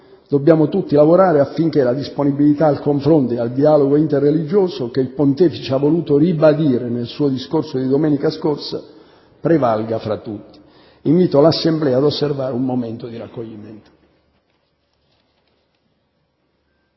dobbiamo tutti lavorare affinché la disponibilità al confronto e al dialogo interreligioso che il Pontefice ha voluto ribadire nel suo discorso di domenica scorsa prevalga fra tutti. Invito l'Assemblea ad osservare un momento di raccoglimento.